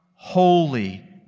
Holy